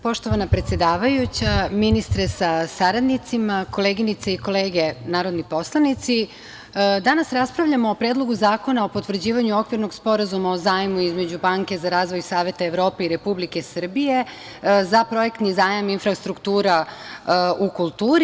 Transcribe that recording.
Poštovana predsedavajuća, ministre sa saradnicima, koleginice i kolege narodni poslanici, danas raspravljamo o Predlogu zakona o potvrđivanju Okvirnog sporazuma o zajmu između Banke za razvoj Saveta Evrope i Republike Srbije za projektni zajam infrastruktura u kulturi.